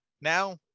now